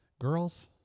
Girls